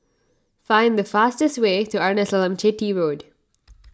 find the fastest way to Arnasalam Chetty Road